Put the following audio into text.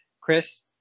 Chris